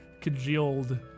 congealed